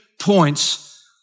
points